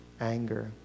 anger